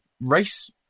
race